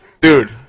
Dude